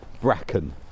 bracken